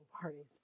parties